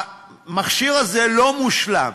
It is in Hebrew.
המכשיר הזה לא מושלם.